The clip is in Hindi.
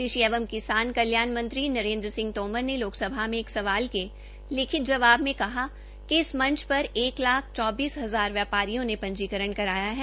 कृषि एवं किसान कल्याण मंत्री नरेन्द्र सिंह तोमर ने लोकसभा में एक सवाल के लिखित जवाब में कहा कि इस मंच पर एक लाख चौबीस हजार व्यापारियों ने पंजीकरण करवाया है